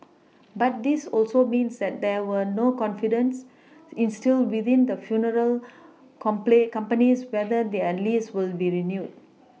but this also means that there were no confidence instilled within the funeral com play companies whether their lease will be renewed